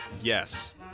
yes